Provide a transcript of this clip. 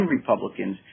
Republicans